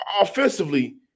offensively